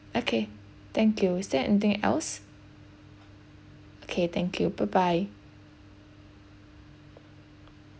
okay thank you is there anything else okay thank you bye bye